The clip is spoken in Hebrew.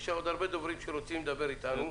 יש עוד הרבה דוברים שרוצים לדבר איתנו.